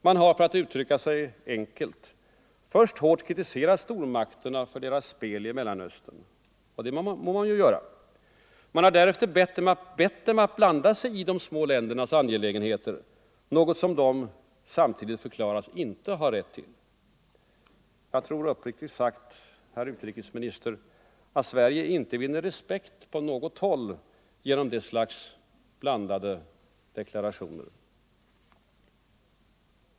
Man har — för att uttrycka det enkelt — först hårt kritiserat stormakterna för deras spel i Mellanöstern, och det må man göra. Man har därefter bett dem att blanda sig i de små ländernas angelägenheter, något som de i samma stycke förklaras inte ha rätt till. Jag tror uppriktigt sagt, herr utrikesminister, att Sverige inte vinner respekt på något håll genom det slagets ”blandade” deklarationer.